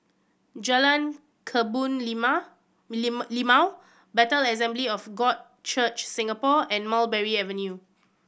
Jalan Kebun Limau Lim Limau Bethel Assembly of God Church Singapore and Mulberry Avenue